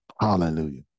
Hallelujah